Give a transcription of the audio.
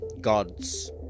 gods